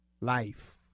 life